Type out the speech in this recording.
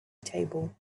table